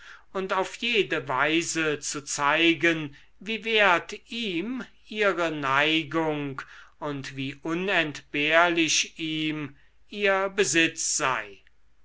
und auf jede weise zu zeigen wie wert ihm ihre neigung und wie unentbehrlich ihm ihr besitz sei